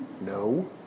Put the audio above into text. No